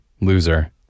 loser